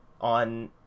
on